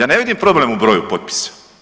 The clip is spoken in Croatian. Ja ne vidim problem u broju potpisa.